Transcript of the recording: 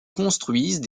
construisent